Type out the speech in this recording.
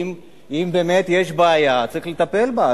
אם באמת יש בעיה, צריך לטפל בה.